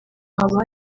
haba